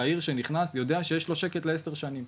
צעיר שנכנס אליה יודע שיש לו שקט לעשר שנים.